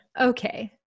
okay